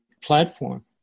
platform